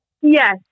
Yes